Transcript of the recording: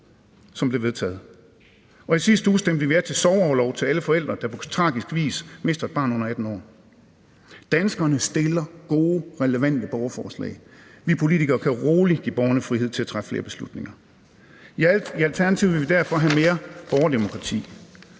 som blev vedtaget. Og i sidste uge stemte vi ja til sorgorlov til alle forældre, der på tragisk vis mister et barn under 18 år. Danskerne stiller gode, relevante borgerforslag, og vi politikere kan roligt give borgerne frihed til at træffe flere beslutninger. I Alternativet vil vi derfor have mere borgerdemokrati.